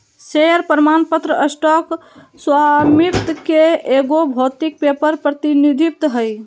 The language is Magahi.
शेयर प्रमाण पत्र स्टॉक स्वामित्व के एगो भौतिक पेपर प्रतिनिधित्व हइ